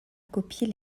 copier